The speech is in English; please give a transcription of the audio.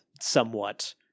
somewhat